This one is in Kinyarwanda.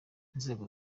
inzego